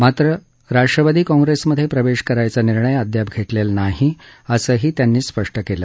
मात्र राष्ट्रवादी काँप्रेसमध्ये प्रवेश करायचा निर्णय अद्याप घेतलेला नाही असं त्यांनी स्पष्ट केलं